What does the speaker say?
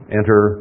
enter